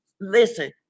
Listen